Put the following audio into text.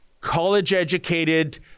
college-educated